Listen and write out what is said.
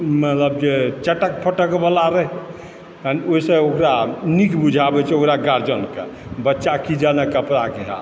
मतलब जे चटक फटकबला रहै ओहिसँ ओकरा नीक बुझाबैत छै ओकरा गार्जनकेँ बच्चा कि जाने कपड़ाके हाल